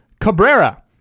Cabrera